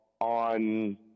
on